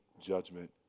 judgment